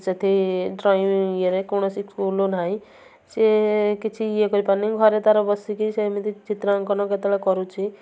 ସେଠି ଡ୍ରଇଂ ଇଏରେ କୌଣସି ସୁବିଧା ନାହିଁ ସେ କିଛି ୟେ କରିପାରୁନି ଘରେ ତାର ବସିକି ସେ ଏମିତି ଚିତ୍ରାଙ୍କନ କେତେବେଳେ କରୁଛି